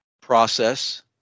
process